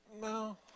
no